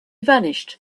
vanished